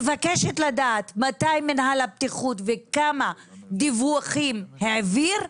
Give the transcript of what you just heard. מתי מינהל הבטיחות העביר דיווחים וכמה?